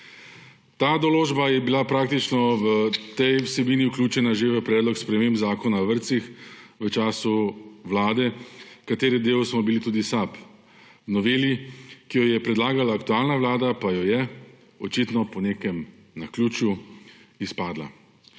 Ta določba je bila praktično v tej vsebini vključena že v predlog sprememba Zakona o vrtcih v času vlade, kateri del smo bili tudi SAB, v noveli, ki jo je predlagala aktualna vlada, pa je očitno po nekem naključju izpadla.